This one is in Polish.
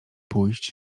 pójść